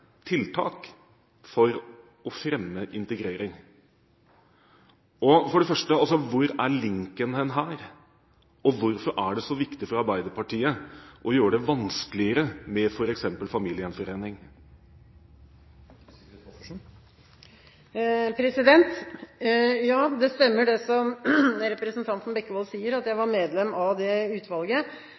tiltak for å fremme integrering. Hvor er linken her, og hvorfor er det så viktig for Arbeiderpartiet å gjøre det vanskeligere med f.eks. familiegjenforening? Ja, det stemmer det som representanten Bekkevold sier, at jeg var medlem av det utvalget,